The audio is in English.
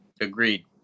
agreed